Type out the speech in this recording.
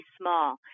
small